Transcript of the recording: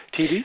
TV